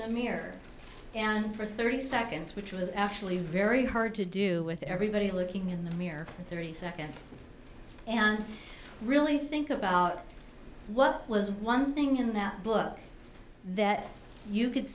the mirror and for thirty seconds which was actually very hard to do with everybody looking in the mirror thirty seconds and really think about what was one thing in that book that you could